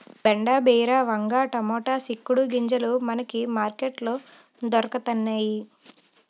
బెండ బీర వంగ టమాటా సిక్కుడు గింజలు మనకి మార్కెట్ లో దొరకతన్నేయి